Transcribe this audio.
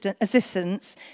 assistance